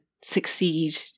succeed